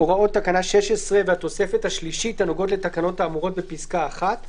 הוראות תקנה 16 והתוספת השלישית הנוגעות לתקנות האמורות בפסקה (1).